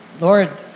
Lord